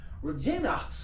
Regina